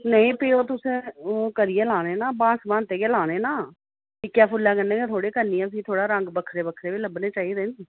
नेईं ओह् फ्ही तुसें करियै लाने ना भांत संभाते गै लाने ना इक्कै फुल्लै कन्नै गै थोह्ड़ी करनी थोह्ड़े रंग बक्खरे बक्खरे बी लब्भने चाहिदे न